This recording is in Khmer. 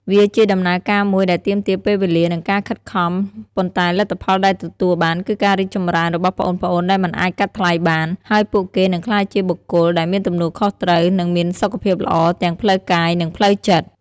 វាជាដំណើរការមួយដែលទាមទារពេលវេលា និងការខិតខំ ប៉ុន្តែលទ្ធផលដែលទទួលបានគឺការរីកចម្រើនរបស់ប្អូនៗដែលមិនអាចកាត់ថ្លៃបាន ហើយពួកគេនឹងក្លាយជាបុគ្គលដែលមានទំនួលខុសត្រូវ និងមានសុខភាពល្អទាំងផ្លូវកាយ និងផ្លូវចិត្ត។